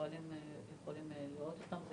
והפועלים יכולים לראות אותן.